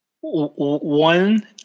One